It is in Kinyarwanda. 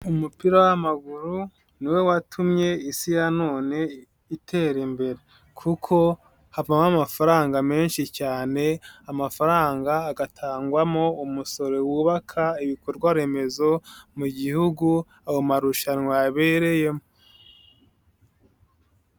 Umupira w'amaguru ni wo watumye isi ya none itera imbere kuko havamo amafaranga menshi cyane, amafaranga agatangwamo umusoro wubaka ibikorwa remezo mu Gihugu ayo marushanwa yabereyemo.